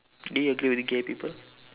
do you agree with gay people